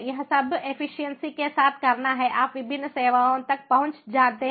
यह सब एफिशिएंसी के साथ करना है आप विभिन्न सेवाओं तक पहुंच जानते हैं